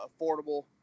affordable